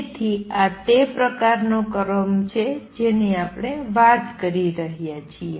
તેથી આ તે પ્રકારનો ક્રમ છે જેની આપણે વાત કરી રહ્યા છીએ